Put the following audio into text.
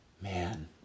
man